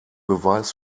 beweis